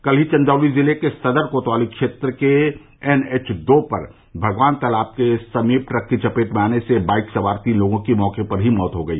कल ही चंदौली जिले के सदर कोतवाली क्षेत्र के एन एच दो पर भगवान तालाब के समीप ट्रक की चपेट में आने से बाइक सवार तीन लोगों की मौके पर ही मौत हो गई